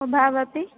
उभावपि